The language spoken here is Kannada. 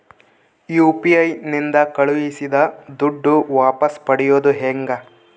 ಯು.ಪಿ.ಐ ನಿಂದ ಕಳುಹಿಸಿದ ದುಡ್ಡು ವಾಪಸ್ ಪಡೆಯೋದು ಹೆಂಗ?